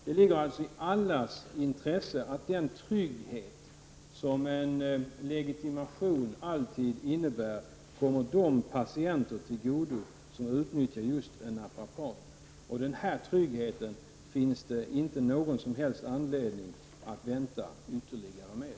Det ligger i allas intresse att den trygghet som en legitimation alltid innebär kommer de patienter till godo som utnyttjar en naprapat. Denna trygghet finns det ingen som helst anledning att vänta ytterligare med.